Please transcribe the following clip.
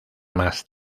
más